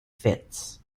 fits